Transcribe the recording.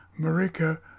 Marika